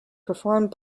performed